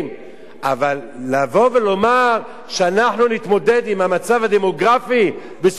אבל לבוא ולומר שאנחנו נתמודד עם המצב הדמוגרפי בזכות הצעת החוק?